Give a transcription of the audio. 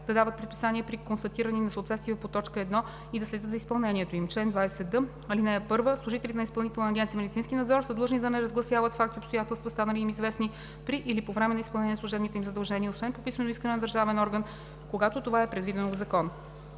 да дават предписания при констатирани несъответствия по т. 1 и да следят за изпълнението им.“ „Чл. 20д. (1) Служителите на Изпълнителна агенция „Медицински надзор“ са длъжни да не разгласяват факти и обстоятелства, станали им известни при или по повод изпълнение на служебните им задължения, освен по писмено искане на държавен орган, когато това е предвидено в закон.